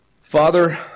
Father